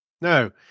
No